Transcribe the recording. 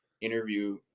interview